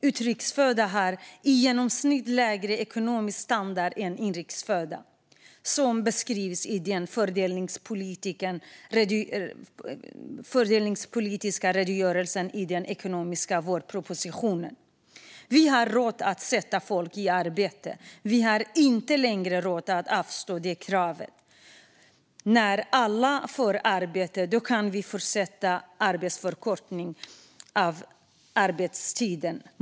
Genomsnittet av utrikes födda har lägre ekonomisk standard än inrikes födda, vilket beskrivs i den fördelningspolitiska redogörelsen i den ekonomiska vårpropositionen. Vi har råd att sätta folk i arbete. Vi har inte längre råd att avstå från det kravet. När alla får arbete kan vi fortsätta förkortningen av arbetstiden.